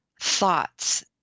thoughts